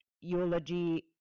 eulogy